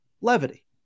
levity